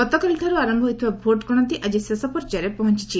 ଗତକାଲିଠାରୁ ଆର ହୋଇଥିବା ଭୋଟ୍ ଗଶତି ଆକି ଶେଷ ପର୍ଯ୍ୟାୟରେ ପହଞ୍ଚିଛି